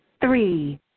three